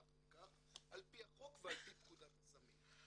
לכך על פי החוק ועל פי פקודת הסמים.